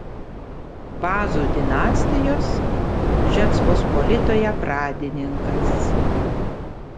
vazų dinastijos žečpospolitoje pradininkas